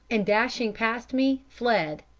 and, dashing past me, fled.